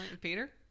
Peter